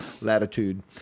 latitude